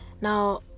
now